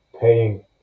paying